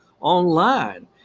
online